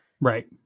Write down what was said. Right